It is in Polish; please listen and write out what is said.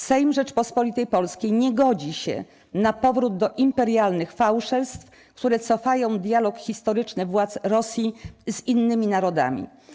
Sejm Rzeczypospolitej Polskiej nie godzi się na powrót do imperialnych fałszerstw, które cofają dialog historyczny władz Rosji z innymi narodami.